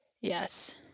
Yes